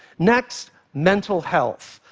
next, mental health.